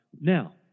now